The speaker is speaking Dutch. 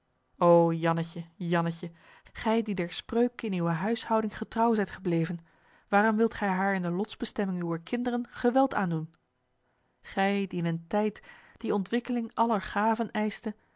jannetje jannetje gij die der spreuk in uwe huishouding getrouw zijt gebleven waarom wilt gij haar in de lotsbestemming uwer kinderen geweld aandoen gij die in een tijd die ontwikkeling aller gaven eischte